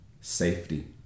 safety